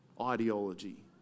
Ideology